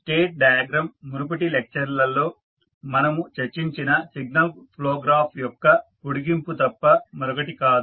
state diagram మునుపటి లెక్చర్లలో మనము చర్చించిన సిగ్నల్ ఫ్లో గ్రాఫ్ యొక్క పొడిగింపు తప్ప మరొకటి కాదు